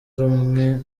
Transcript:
rumwe